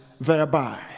thereby